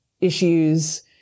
issues